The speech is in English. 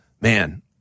man